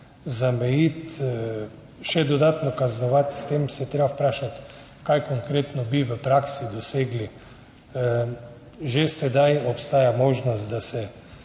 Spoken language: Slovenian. zamejiti, še dodatno kaznovati, treba se je vprašati, kaj konkretno bi v praksi s tem dosegli. Že sedaj obstaja možnost, da se